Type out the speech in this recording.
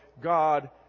God